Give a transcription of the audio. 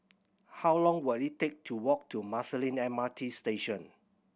how long will it take to walk to Marsiling M R T Station